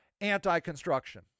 anti-construction